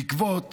בעקבות